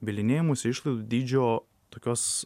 bylinėjimosi išlaidų dydžio tokios